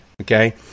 Okay